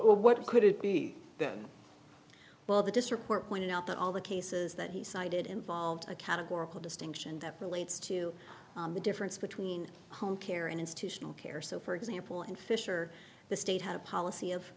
what could it be then well the district court pointed out that all the cases that he cited involved a categorical distinction that relates to the difference between home care and institutional care so for example in fisher the state had a policy of